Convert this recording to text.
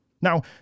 Now